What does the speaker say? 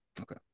okay